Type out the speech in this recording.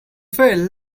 fail